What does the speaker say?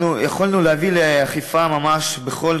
אנחנו יכולנו להביא לאכיפה של ממש בכל